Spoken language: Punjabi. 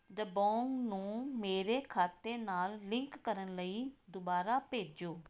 ਜਬੋਂਗ ਨੂੰ ਮੇਰੇ ਖਾਤੇ ਨਾਲ ਲਿੰਕ ਕਰਨ ਲਈ ਦੁਬਾਰਾ ਭੇਜੋ